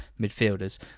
midfielders